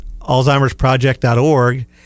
alzheimersproject.org